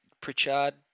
Pritchard